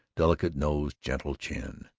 delicate nose, gentle chin.